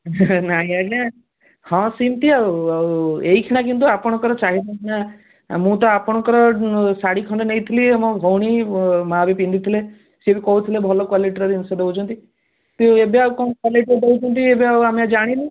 ନାଇଁ ଆଜ୍ଞା ହଁ ସେମତି ଆଉ ଆଉ ଏଇକ୍ଷିଣା କିନ୍ତୁ ଆପଣଙ୍କର ଚାହିଦା ପୁରା ମୁଁ ତ ଆପଣଙ୍କ ଶାଢ଼ୀ ଖଣ୍ଡେ ନେଇଥିଲି ମୋ ଭଉଣୀ ମୋ ମା ବି ପିନ୍ଧିଥିଲେ ସେ ବି କହୁଥିଲେ ଭଲ କ୍ୱାଲିଟର ଜିନଷ ଦେଉଛନ୍ତି ଏବେ ଆଉ କଁ କ୍ୱାଲିଟର ଦେଉଛନ୍ତି ଏବେ ଆଉ ଆମେ ଜାଣିନୁ